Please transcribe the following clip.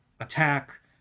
attack